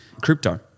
crypto